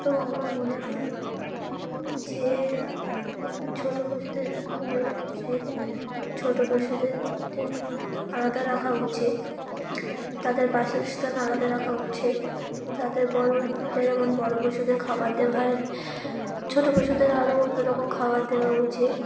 তো আমার মনে হয় যে ছোটো পশুদের যওয়া উচিত ছোটো পশুদের আলাদা রাখা উচিত তাদের বাসস্থান আলাদা রাখা উচিত তাদের বড়ো যেমন বড়ো পশুদের খাবার দেওয়া হয় ছোটো পশুদের আরও অন্য রকম খাবার দেওয়া উচিত